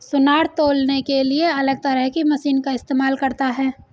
सुनार तौलने के लिए अलग तरह की मशीन का इस्तेमाल करता है